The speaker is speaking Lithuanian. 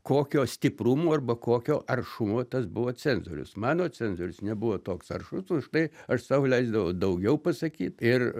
kokio stiprumo arba kokio aršumo tas buvo cenzorius mano cenzorius nebuvo toks aršus užtai aš sau leisdavau daugiau pasakyt ir